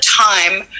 time